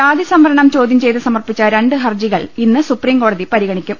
ജാതിസംവർണം ചോദ്യംചെയ്ത് സമർപ്പിച്ച രണ്ട് ഹർജികൾ ഇന്ന് സുപ്രീംകോടതി പരിഗണിക്കും